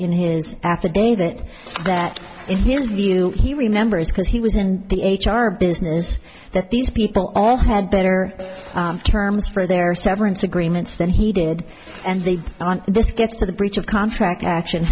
in his affidavit that in his view he remembers because he was in the h r business that these people all had better terms for their severance agreements than he did and they on this gets to the breach of contract action